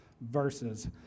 verses